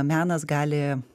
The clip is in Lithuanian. menas gali